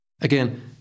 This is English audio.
Again